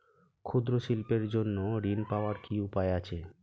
ক্ষুদ্র শিল্পের জন্য ঋণ পাওয়ার কি উপায় আছে?